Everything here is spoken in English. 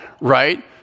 right